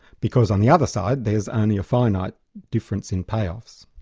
because on the other side, there's only a finite difference in payoffs.